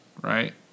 right